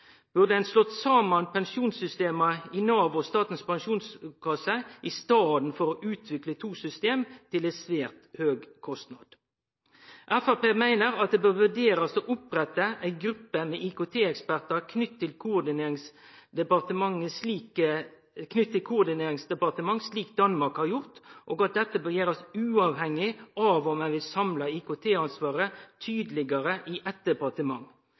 burde ein slått saman pensjonssystema i Nav og Statens pensjonskasse i staden for å utvikle to system til ein svært høg kostnad. Framstegspartiet meiner at det bør vurderast å opprette ei gruppe med IKT-ekspertar knytt til eit koordineringsdepartement, slik Danmark har gjort, og at dette bør gjerast uavhengig av om ein vil samle IKT-ansvaret tydelegare i